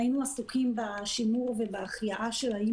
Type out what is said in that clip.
היינו עסוקים בשימור ובהחייאה של האיים